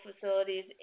facilities